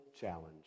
challenge